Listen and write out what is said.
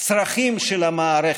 הצרכים של המערכת.